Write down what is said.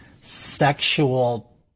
sexual